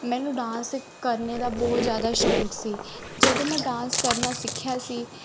ਮੈਨੂੰ ਡਾਂਸ ਕਰਨ ਦਾ ਬਹੁਤ ਜ਼ਿਆਦਾ ਸ਼ੌਕ ਸੀ ਜਦੋਂ ਮੈਂ ਡਾਂਸ ਕਰਨਾ ਸਿੱਖਿਆ ਸੀ